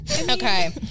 Okay